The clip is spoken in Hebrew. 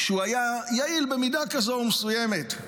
שהוא היה יעיל במידה כזאת, מסוימת,